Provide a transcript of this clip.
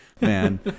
man